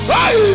Hey